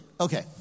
Okay